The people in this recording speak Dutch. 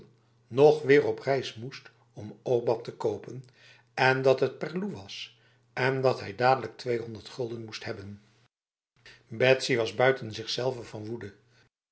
nog weer op reis moest om obat te kopen dat het perloe was en dat hij dadelijk tweehonderd gulden moest hebben betsy was buiten zichzelve van woede